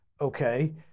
Okay